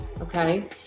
Okay